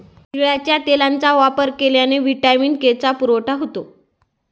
तिळाच्या तेलाचा वापर केल्याने व्हिटॅमिन के चा पुरवठा होतो